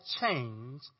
change